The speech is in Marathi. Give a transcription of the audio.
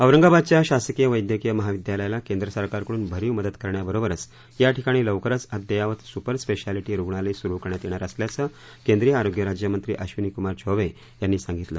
औरंगाबादच्या शासकीय वैद्यकीय महाविद्यालयाला केंद्र सरकारकडुन भरीव मदत करण्याबरोबरच याठिकाणी लवकरच अद्ययावत सुपर स्पेशालिटी रुग्णालय सुरू करण्यात येणार असल्याचं केंद्रीय आरोग्य राज्य मंत्री अधिनीक्मार चौबे यांनी सांगितलं